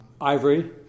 Ivory